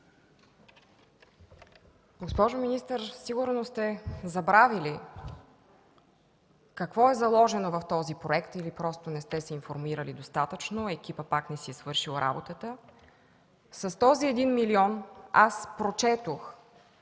Госпожо министър, със сигурност сте забравили какво е заложено в този проект или просто не сте се информирали достатъчно – екипът пак не си е свършил работата! С този един милион – аз прочетох,